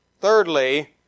Thirdly